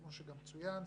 כמו שגם צוין,